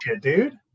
dude